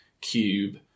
cube